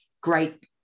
great